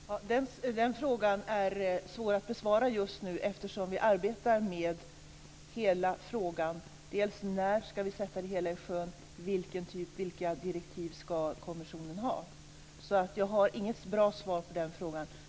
Fru talman! Den frågan är svår att besvara just nu eftersom vi arbetar med hela frågan, dels när vi ska sätta det hela i sjön, dels vilka direktiv kommissionen ska ha, så jag har inget bra svar på frågan.